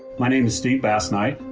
my name is steve basnight,